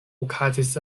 okazis